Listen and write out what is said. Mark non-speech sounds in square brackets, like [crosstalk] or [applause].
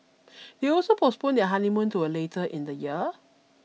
[noise] they also postponed their honeymoon to a later in the year